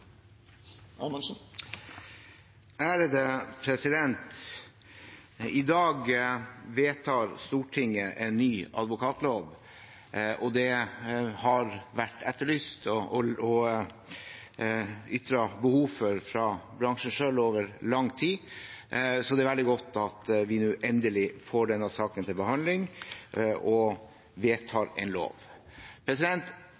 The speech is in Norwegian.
to ulike regjeringer. I dag vedtar Stortinget en ny advokatlov. Det har vært etterlyst og ytret behov for fra bransjen selv over lang tid, så det er veldig godt at vi nå endelig får denne saken til behandling og